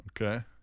Okay